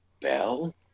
Bell